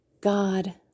God